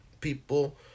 people